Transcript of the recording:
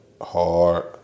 hard